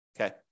Okay